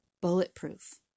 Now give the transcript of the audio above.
bulletproof